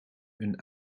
een